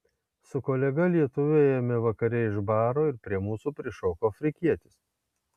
su kolega lietuviu ėjome vakare iš baro ir prie mūsų prišoko afrikietis